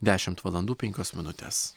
dešimt valandų penkios minutės